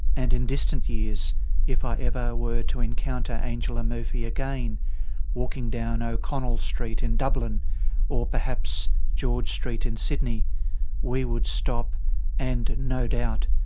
and in distant years if i ever were to encounter angela murphy again walking down o'connell street in dublin or perhaps george street in sydney we would stop and, no doubt,